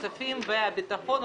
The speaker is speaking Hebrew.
הכספים והביטחון.